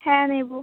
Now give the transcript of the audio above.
হ্যাঁ নেব